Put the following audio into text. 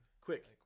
Quick